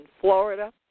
Florida